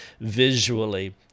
visually